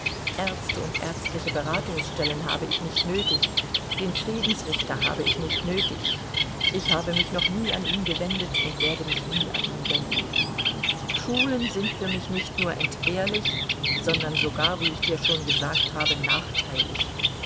ärzte und ärztliche beratungsstellen habe ich nicht nötig den friedensrichter habe ich nicht nötig ich habe mich noch nie an ihn gewendet und werde mich nie an ihn wenden schulen sind für mich nicht nur entbehrlich sondern sogar wie ich dir schon gesagt habe nachteilig